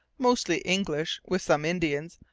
mostly english, with some indians,